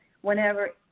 Whenever